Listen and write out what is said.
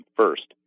first